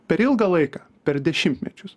per ilgą laiką per dešimtmečius